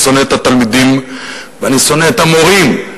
שונא את התלמידים ואני שונא את המורים.